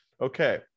Okay